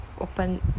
open